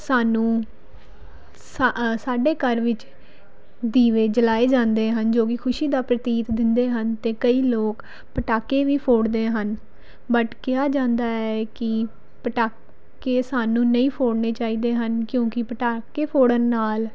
ਸਾਨੂੰ ਸਾ ਸਾਡੇ ਘਰ ਵਿੱਚ ਦੀਵੇ ਜਲਾਏ ਜਾਂਦੇ ਹਨ ਜੋ ਕਿ ਖੁਸ਼ੀ ਦਾ ਪ੍ਰਤੀਤ ਦਿੰਦੇ ਹਨ ਅਤੇ ਕਈ ਲੋਕ ਪਟਾਕੇ ਵੀ ਫੋੜਦੇ ਹਨ ਬਟ ਕਿਹਾ ਜਾਂਦਾ ਹੈ ਕਿ ਪਟਾਕੇ ਸਾਨੂੰ ਨਹੀਂ ਫੋੜਨੇ ਚਾਹੀਦੇ ਹਨ ਕਿਉਂਕਿ ਪਟਾਕੇ ਫੋੜਨ ਨਾਲ